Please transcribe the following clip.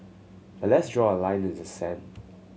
but let's draw a line in the sand